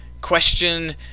question